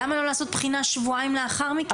למה לא לעשות בחינה שבועיים לאחר מכן?